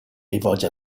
rivolge